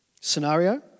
scenario